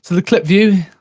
the clip view,